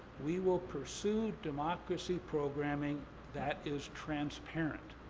we will pursue democracy programming that is transparent.